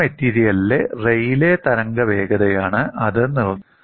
ആ മെറ്റീരിയലിലെ റെയ്ലേ തരംഗ വേഗതയാണ് അത് നിർണ്ണയിക്കുന്നത്